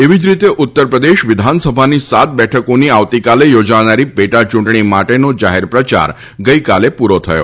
એવી જ રીતે ઉત્તરપ્રદેશ વિધાનસભાની સાત બેઠકીની આવતીકાલે યોજાનારી પેટા યુંટણી માટેનો જાહેર પ્રયાર ગઈકાલે પૂરો થયો